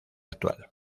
actual